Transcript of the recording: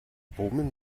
brummen